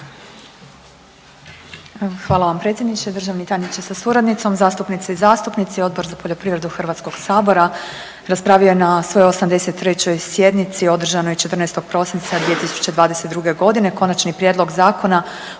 Hvala vam predsjedniče, državni tajniče sa suradnicom, zastupnice i zastupnici. Odbor za poljoprivredu Hrvatskog sabora raspravio je na svojoj 83 sjednici održanoj 14. prosinca 2022. godine Konačni prijedlog zakona